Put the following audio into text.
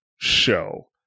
show